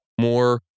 more